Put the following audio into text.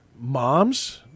moms